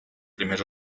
primers